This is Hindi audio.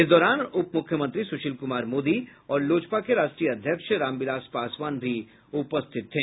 इस दौरान उपमुख्यमंत्री सुशील कुमार मोदी और लोजपा के राष्ट्रीय अध्यक्ष रामविलास पासवान भी उपस्थित थे